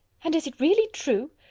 and is it really true?